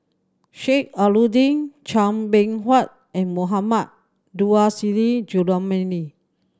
Sheik Alau'ddin Chua Beng Huat and Mohammad Nurrasyid Juraimi